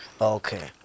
Okay